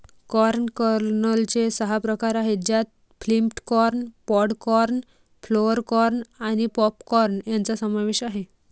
corn कर्नलचे सहा प्रकार आहेत ज्यात flint corn, pod corn, flour corn आणि पॉप कॉर्न यांचा समावेश आहे